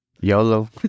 Yolo